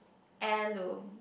heirloom